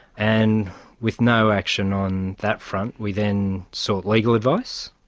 and with no action on that front, we then sought legal advice,